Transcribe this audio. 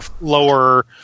lower